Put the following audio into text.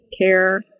care